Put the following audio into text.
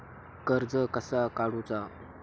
कर्ज कसा काडूचा?